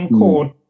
court